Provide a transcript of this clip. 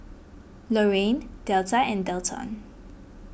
Lorrayne Delta and Delton